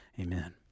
Amen